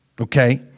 okay